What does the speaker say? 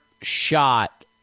shot